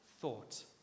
thought